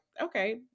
Okay